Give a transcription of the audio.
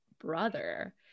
brother